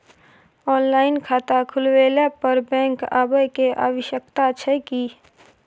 Online खाता खुलवैला पर बैंक आबै के आवश्यकता छै की?